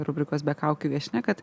rubrikos be kaukių viešnia kad